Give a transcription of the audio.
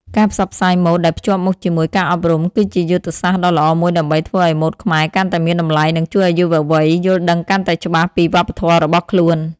ការផ្សព្វផ្សាយម៉ូដដែលភ្ជាប់មកជាមួយការអប់រំ គឺជាយុទ្ធសាស្ត្រដ៏ល្អមួយដើម្បីធ្វើឲ្យម៉ូដខ្មែរកាន់តែមានតម្លៃ និងជួយឲ្យយុវវ័យយល់ដឹងកាន់តែច្បាស់ពីវប្បធម៌របស់ខ្លួន។